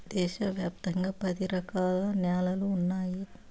దేశ వ్యాప్తంగా పది రకాల న్యాలలు ఉన్నాయి